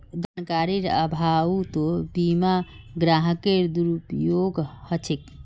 जानकारीर अभाउतो बीमा ग्राहकेर दुरुपयोग ह छेक